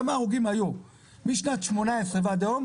כמה הרוגים היו משנת 2018 ועד היום,